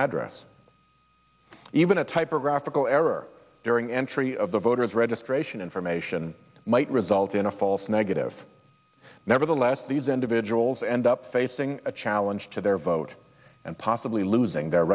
address even a typographical error during entry of the voter's registration information might result in a false negative nevertheless these individuals end up facing a challenge to their vote and possibly losing their